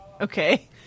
Okay